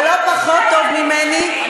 ולא פחות טוב ממני,